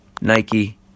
Nike